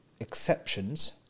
Exceptions